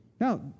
Now